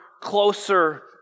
closer